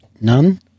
None